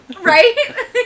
right